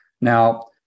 Now